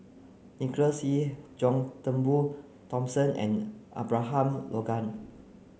Nicholas Ee John Turnbull Thomson and Abraham Logan